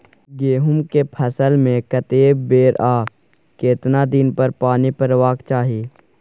गेहूं के फसल मे कतेक बेर आ केतना दिन पर पानी परबाक चाही?